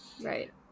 right